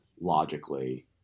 logically